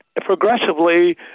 progressively